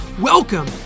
Welcome